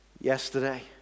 yesterday